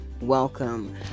Welcome